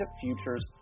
futures